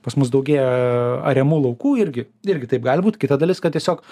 pas mus daugėja ariamų laukų irgi irgi taip gali būt kita dalis kad tiesiog